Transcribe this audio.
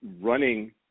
running